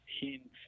hints